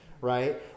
right